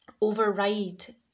override